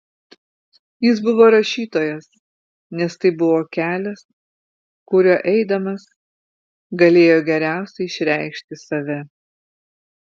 jis buvo rašytojas nes tai buvo kelias kuriuo eidamas galėjo geriausiai išreikšti save